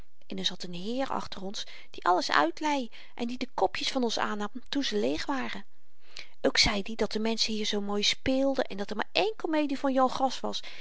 en er zat n heer achter ons die alles uitlei en die de kopjes van ons aannam toen ze leeg waren ook zeid i dat de menschen hier zoo mooi speelden en dat er maar één komedie van jan gras was